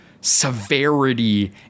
severity